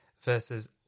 versus